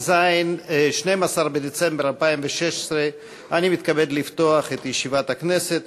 22 בדצמבר 2016. אני מתכבד לפתוח את ישיבת הכנסת.